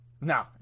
No